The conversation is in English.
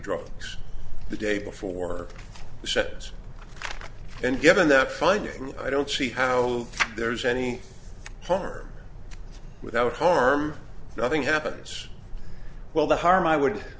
drugs the day before shabbos and given that finding i don't see how there's any harm without harm nothing happens well the harm i would